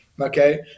okay